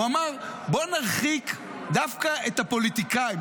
הוא אמר: בוא נרחיק דווקא את הפוליטיקאים,